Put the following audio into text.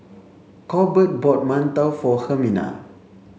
Corbett bought Mantou for Hermina